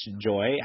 joy